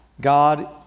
God